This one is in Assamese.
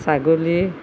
ছাগলী